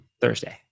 Thursday